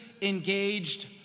engaged